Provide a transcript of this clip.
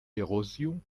d’érosion